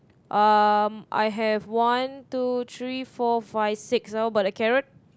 um I have one two three four five six ah but the carrot